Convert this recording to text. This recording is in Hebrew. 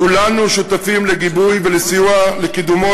כולנו שותפים לגיבוי ולסיוע לקידומו